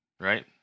Right